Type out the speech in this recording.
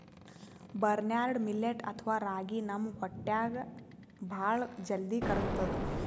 barnyard millet ಅಥವಾ ರಾಗಿ ನಮ್ ಹೊಟ್ಟ್ಯಾಗ್ ಭಾಳ್ ಜಲ್ದಿ ಕರ್ಗತದ್